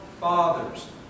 fathers